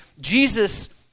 Jesus